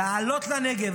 לעלות לנגב,